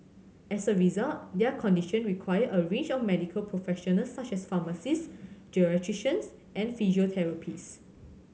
as a result their conditions require a range of medical professionals such as pharmacists geriatricians and physiotherapists